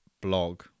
blog